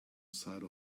side